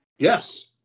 Yes